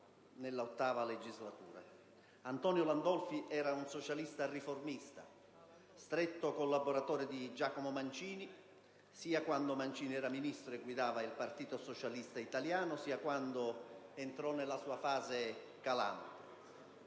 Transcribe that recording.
Antonio Landolfi era un socialista riformista, fu stretto collaboratore di Giacomo Mancini, sia quando Mancini era Ministro e guidava il Partito socialista italiano sia quando entrò nella sua fase calante.